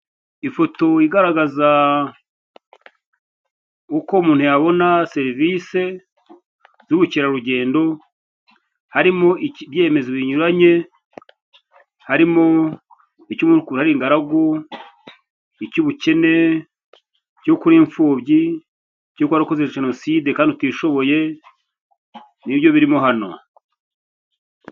Ifoto igaragaza uko umuntu yabona serivisi z' ubukerarugendo harimo ibyemezo binyuranye harimo icy'uko umuntu ari ingaragu, icy'ubukene, icy'uko uri imfubyi, icy'uko waba warakoze jenoside kandi utishoboye, ni byo birimo hano.